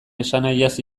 esanahiaz